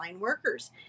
workers